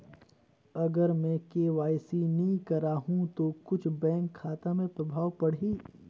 अगर मे के.वाई.सी नी कराहू तो कुछ बैंक खाता मे प्रभाव पढ़ी?